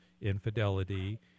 infidelity